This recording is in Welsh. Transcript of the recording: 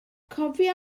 cofia